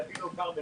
ואפילו כרמל,